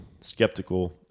skeptical